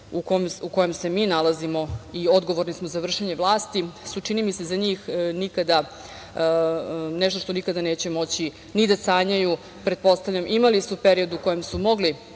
u kojem se mi nalazimo i odgovorni smo za vršenje vlasti su, čini mi se, za njih nikada nešto što nikada neće moći ni da sanjaju. Pretpostavljam, imali su period u kojem su mogli